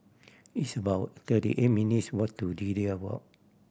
it's about thirty eight minutes' walk to Lilac Walk